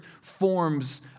forms